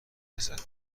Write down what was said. رسد